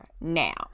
Now